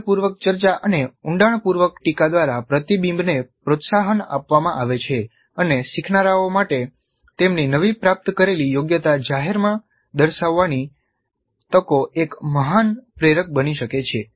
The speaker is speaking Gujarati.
ઊંડાણપૂર્વક ચર્ચા અને ઊંડાણપૂર્વક ટીકા દ્વારા પ્રતિબિંબને પ્રોત્સાહન આપવામાં આવે છે અને શીખનારાઓ માટે તેમની નવી પ્રાપ્ત કરેલી યોગ્યતા જાહેરમાં દર્શાવવાની તકો એક મહાન પ્રેરક બની શકે છે